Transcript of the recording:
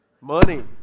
Money